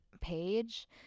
page